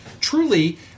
truly